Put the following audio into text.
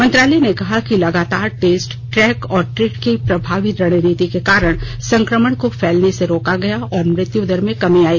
मंत्रालय ने कहा कि लगातार टेस्ट ट्रैक और ट्रीट की प्रभावी रणनीति के कारण संक्रमण को फैलने से रोका गया और मृत्युदर में कमी आई